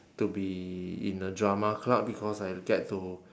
to be in a drama club because I'll get to